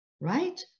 Right